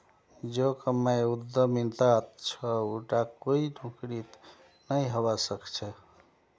जो कमाई उद्यमितात छ उटा कोई नौकरीत नइ हबा स ख छ